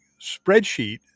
spreadsheet